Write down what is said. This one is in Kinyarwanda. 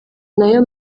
nayo